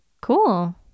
Cool